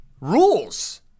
rules